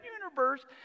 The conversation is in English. universe